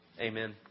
Amen